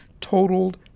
totaled